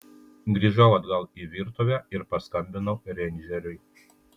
grįžau atgal į virtuvę ir paskambinau reindžeriui